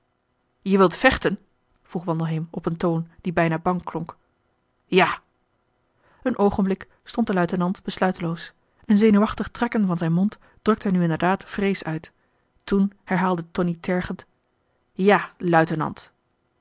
je wilt vechten vroeg wandelheem op een toon die bijna bang klonk ja een oogenblik stond de luitenant besluiteloos een zenuwachtig trekken van zijn mond drukte nu inderdaad vrees uit toen herhaalde tonie tergend ja luitenant